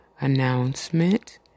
announcement